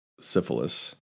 syphilis